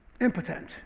impotent